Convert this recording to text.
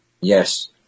Yes